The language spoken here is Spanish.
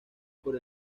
por